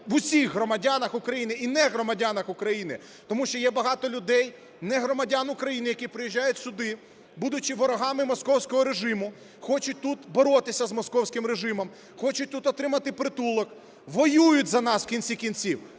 усіх громадянах України і негромадянах України. Тому що є багато людей, негромадян України, які приїжджають сюди, будучи ворогами московського режиму, хочуть тут боротися з московським режимом, хочуть тут отримати притулок, воюють за нас в кінці кінців,